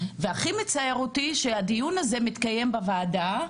והכי מצער אותי הוא שהדיון הזה מתקיים בוועדה,